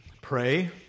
Pray